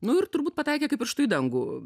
nu ir turbūt pataikė kaip pirštu dangų